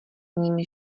ním